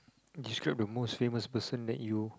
describe the most famous person that you